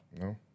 No